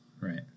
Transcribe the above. right